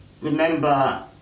Remember